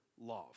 love